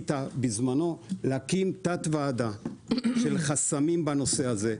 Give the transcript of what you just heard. שעשית בזמנו, להקים תת ועדה של חסמים בנושא הזה.